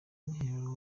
mwiherero